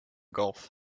gulf